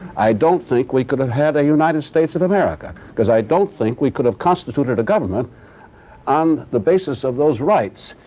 i don't think we could've had a united states of america. because i don't think we could've constituted a government on the basis of those rights,